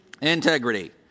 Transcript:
Integrity